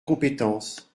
compétences